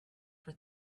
for